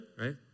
right